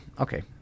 Okay